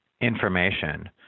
information